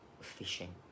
fishing